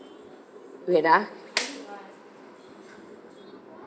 wait ah